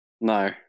No